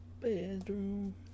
bedroom